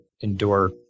endure